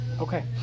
Okay